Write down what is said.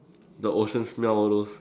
the ocean smell all those